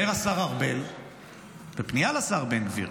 אומר השר ארבל בפנייה לשר בן גביר: